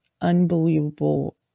unbelievable